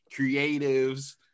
creatives